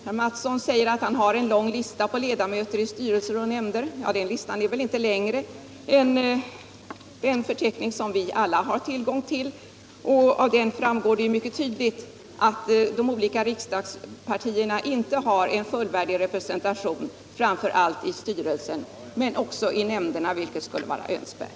Herr Mattsson säger att han har en lång lista på ledamöter i styrelse och nämnder, men den listan är väl inte längre än den förteckning som vi alla har tillgång till. Och av den framgår det mycket tydligt att de olika riksdagspartierna inte har en fullvärdig representation, framför allt i styrelsen men också i nämnderna, vilket skulle vara önskvärt.